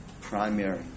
primary